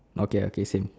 okay okay same